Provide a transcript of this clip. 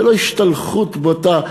ולא השתלחות בוטה.